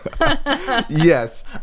Yes